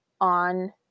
on